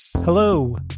Hello